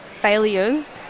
failures